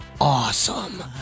awesome